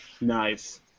Nice